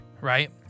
right